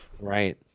right